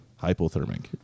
hypothermic